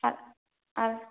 ᱟᱨ